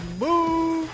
move